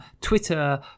twitter